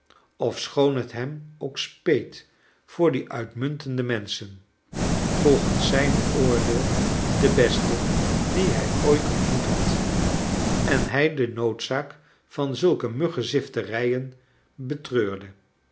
ofschoon het hem ook speet voor die uitmuntende menschen volgens zijn oordeel de beste die hij ooit ontmoet had en hij de noodzakelijkheid van zulke muggezifterijen betreurde